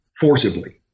forcibly